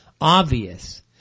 obvious